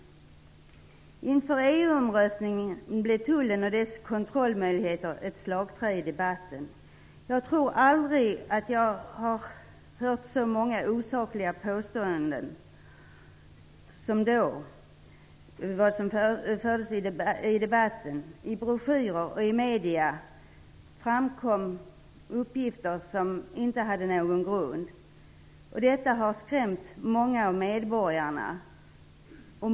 Inför EU-omröstningen blev tullen och dess kontrollmöjligheter till ett slagträ i debatten. Jag tror aldrig att jag har hört så många osakliga påståenden än de som då fördes fram i debatten. I broschyrer och medier framkom uppgifter som inte hade någon grund. Detta har skrämt många medborgare.